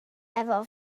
efo